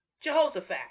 Jehoshaphat